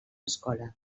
escola